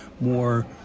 more